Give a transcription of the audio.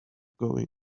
going